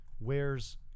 wears